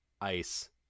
Ice